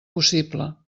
possible